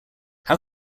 how